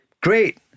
Great